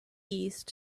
east